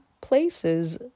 places